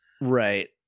Right